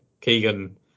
Keegan